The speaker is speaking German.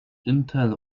intel